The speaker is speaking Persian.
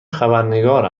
خبرنگار